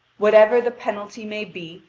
whatever the penalty may be,